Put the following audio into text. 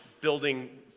building